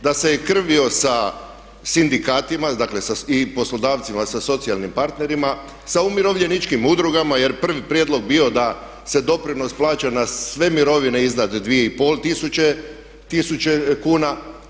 Da se je krvio sa sindikatima, dakle i poslodavcima, sa socijalnim partnerima, sa umirovljeničkim udrugama jer prvi prijedlog je bio da se doprinos plaća na sve mirovine iznad 2 i pol tisuće kuna.